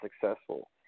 successful